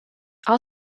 all